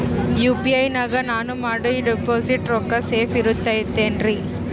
UPI ನಾಗ ನಾನು ಮಾಡೋ ಡಿಪಾಸಿಟ್ ರೊಕ್ಕ ಸೇಫ್ ಇರುತೈತೇನ್ರಿ?